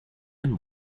and